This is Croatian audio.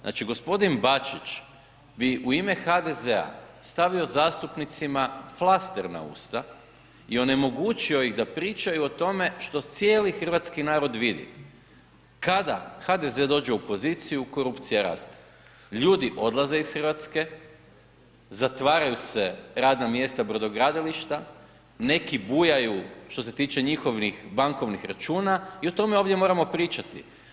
Znači gospodin Bačić bi u ime HDZ-a stavio zastupnicima flaster na usta i onemogućio ih da pričaju o tome što cijeli hrvatski narod vidi, kada HDZ dođe u poziciju korupcija raste, ljudi odlaze iz Hrvatske, zatvaraju se radna mjesta brodogradilišta, neki bujaju što se tiče njihovih bankovnih računa i o tome ovdje moramo pričati.